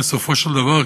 בסופו של דבר,